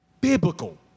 biblical